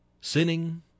Sinning